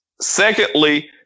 secondly